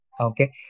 Okay